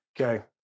Okay